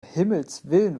himmelswillen